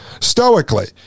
stoically